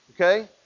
okay